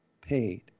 paid